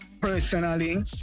personally